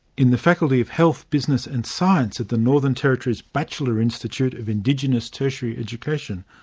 in the faculty of health, business and science at the northern territory's batchelor institute of indigenous tertiary education,